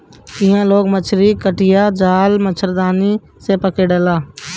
इहां लोग मछरी कटिया, जाल, मछरदानी से पकड़ेला